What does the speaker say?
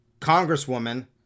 Congresswoman